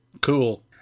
Cool